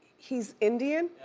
he's indian?